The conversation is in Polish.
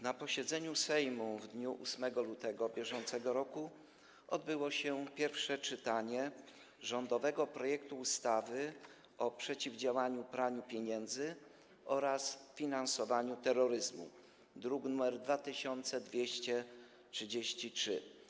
Na posiedzeniu Sejmu w dniu 8 lutego br. odbyło się pierwsze czytanie rządowego projektu ustawy o przeciwdziałaniu praniu pieniędzy oraz finansowaniu terroryzmu, druk nr 2233.